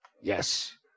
Yes